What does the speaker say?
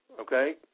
okay